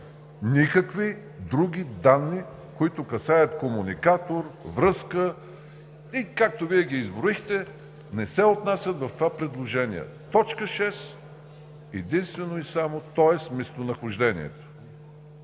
Никакви други данни, които касаят комуникатор, връзка – както Вие ги изброихте, не се отнасят в това предложение. Точка 6 – единствено и само местонахождението.